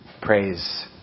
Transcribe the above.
praise